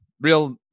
real